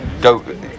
Go